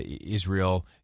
Israel